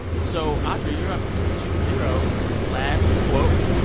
so, audrey, you're up two zero. last quote.